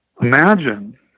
Imagine